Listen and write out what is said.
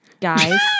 Guys